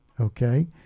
Okay